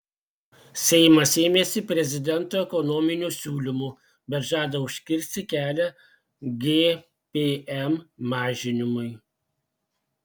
seimas ėmėsi prezidento ekonominių siūlymų bet žada užkirsti kelią gpm mažinimui